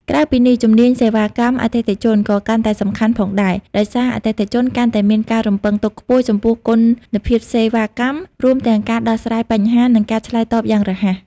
ក្រៅពីនេះ ជំនាញសេវាកម្មអតិថិជន ក៏កាន់តែសំខាន់ផងដែរ ដោយសារអតិថិជនកាន់តែមានការរំពឹងទុកខ្ពស់ចំពោះគុណភាពសេវាកម្ម រួមទាំងការដោះស្រាយបញ្ហា និងការឆ្លើយតបយ៉ាងរហ័ស។